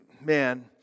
man